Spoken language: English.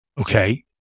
okay